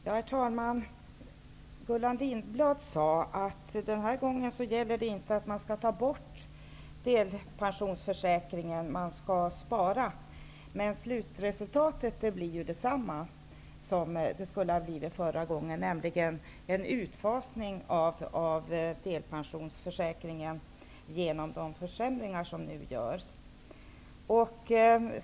Herr talman! Gullan Lindblad sade att det den här gången inte gäller att ta bort delpensionsförsäkringen. Man skall spara. Men slutresultatet blir ju detsamma som det skulle ha blivit förra gången, nämligen en utfasning av delpensionsförsäkringen genom de försämringar som nu görs.